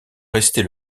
rester